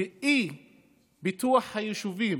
ואי-אבטחת היישובים